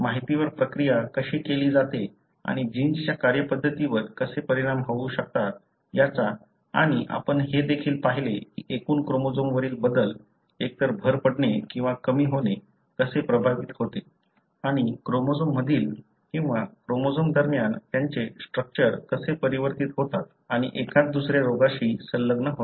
माहितीवर प्रक्रिया कशी केली जाते आणि जिन्सच्या कार्यपद्धती वर कसे परिणाम होऊ शकतात याचा आणि आपण हे देखील पहिले कि एकूण क्रोमोझोम वरील बदल एकतर भर पडणे किंवा कमी होणे कसे प्रभावित होते आणि क्रोमोझोम मधील किंवा क्रोमोझोम दरम्यान त्याचे स्ट्रक्चर कसे परिवर्तित होतात आणि एखाद दुसऱ्या रोगाशी संलग्न होतात